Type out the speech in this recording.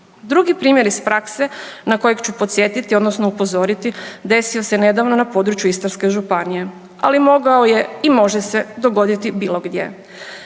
Drugi primjer iz prakse na kojeg ću podsjetiti odnosno upozoriti desio se nedavno na području Istarske županije, ali mogao je i može se dogoditi bilo gdje.